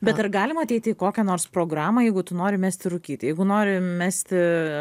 bet ar galima ateiti į kokią nors programą jeigu tu nori mesti rūkyti jeigu nori mesti